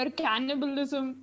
cannibalism